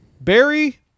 Barry